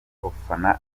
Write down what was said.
ufana